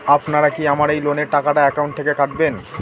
আপনারা কি আমার এই লোনের টাকাটা একাউন্ট থেকে কাটবেন?